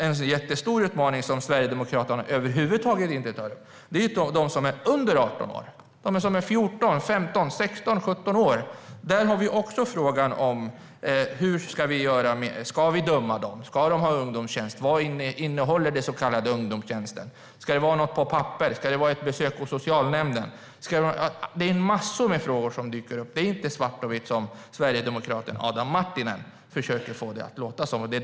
En stor utmaning som Sverigedemokraterna över huvud taget inte tar upp är de som är under 18 år, det vill säga 14, 15, 16 eller 17 år. Ska vi döma dem? Ska de ha ungdomstjänst? Vad innehåller ungdomstjänst? Ska det vara något på papper? Ska det vara ett besök hos socialnämnden? Det dyker upp massor med frågor. Det är inte svart och vitt som sverigedemokraten Adam Marttinen försöker att få det att låta som.